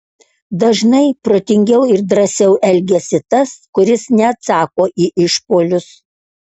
dažnai protingiau ir drąsiau elgiasi tas kuris neatsako į išpuolius